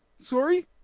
Sorry